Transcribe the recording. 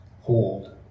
Hold